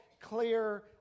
clear